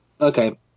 Okay